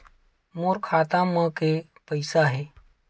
मोर खाता म के पईसा हे?